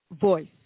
Voice